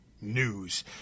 news